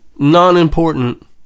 non-important